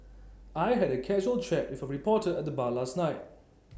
I had A casual chat with A reporter at the bar last night